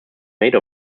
made